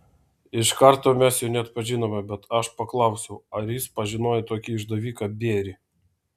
iš karto mes jo neatpažinome bet aš paklausiau ar jis pažinojo tokį išdaviką bierį